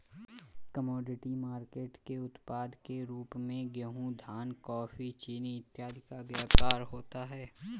commodity market के उत्पाद के रूप में गेहूं धान कॉफी चीनी इत्यादि का व्यापार होता है